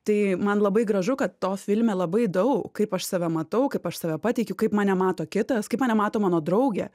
tai man labai gražu kad to filme labai daug kaip aš save matau kaip aš save pateikiu kaip mane mato kitas kaip mane mato mano draugė